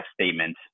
statement